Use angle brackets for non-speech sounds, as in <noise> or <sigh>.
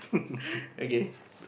<breath> okay